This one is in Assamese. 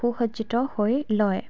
সু সজ্জিত হৈ লয়